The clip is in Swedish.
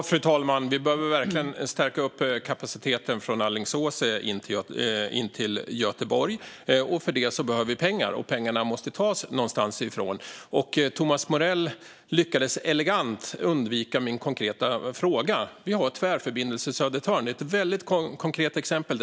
Fru talman! Vi behöver verkligen stärka kapaciteten från Alingsås in till Göteborg. Till det behövs pengar, och pengarna måste tas någonstans ifrån. Thomas Morell lyckades elegant undvika min konkreta fråga. Tvärförbindelse Södertörn är ett väldigt konkret exempel.